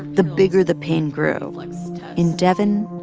the bigger the pain grew. like so in devyn,